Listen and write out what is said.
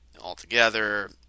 altogether